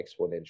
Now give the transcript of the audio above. exponential